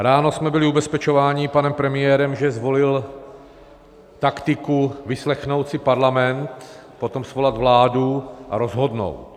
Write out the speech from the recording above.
Ráno jsme byli ubezpečováni panem premiérem, že zvolil taktiku vyslechnout si parlament, potom svolat vládu a rozhodnout.